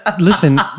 Listen